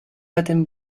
baten